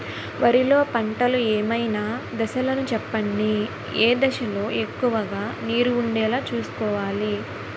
వరిలో పంటలు ఏమైన దశ లను చెప్పండి? ఏ దశ లొ ఎక్కువుగా నీరు వుండేలా చుస్కోవలి?